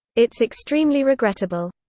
it's extremely regrettable.